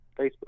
Facebook